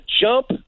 jump